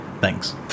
thanks